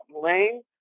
lane